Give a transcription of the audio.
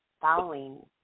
Following